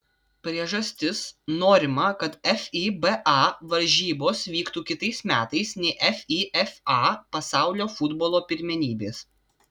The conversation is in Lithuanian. priežastis norima kad fiba varžybos vyktų kitais metais nei fifa pasaulio futbolo pirmenybės